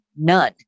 none